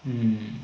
mm